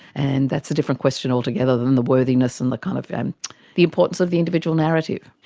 and that's a different question altogether than the worthiness and like kind of and the importance of the individual narrative.